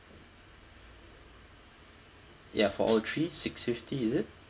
ya for all three six fifty is it